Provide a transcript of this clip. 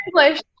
English